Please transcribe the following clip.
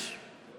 יש?